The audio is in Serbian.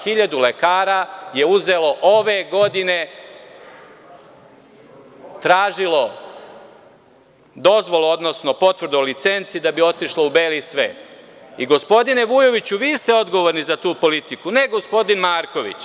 Hiljadu lekara je uzelo ove godine, tražilo dozvolu, odnosno potvrdu o licenci da bi otišlo u beli svet i gospodine Vujoviću, vi ste odgovorni za tu politiku, ne gospodin Marković.